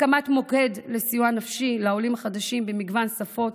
הקמת מוקד לסיוע נפשי לעולים החדשים במגוון שפות,